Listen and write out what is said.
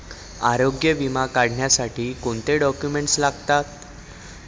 आरोग्य विमा काढण्यासाठी कोणते डॉक्युमेंट्स लागतात?